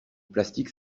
plastique